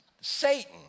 Satan